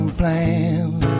plans